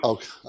Okay